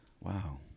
wow